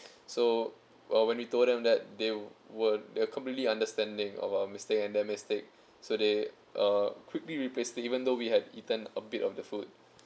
so well when we told them that they were they were completely understanding of our mistake and their mistake so they uh quickly replaced it even though we had eaten a bit of the food